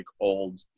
old